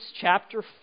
chapter